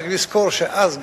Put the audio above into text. צריך לזכור שאז,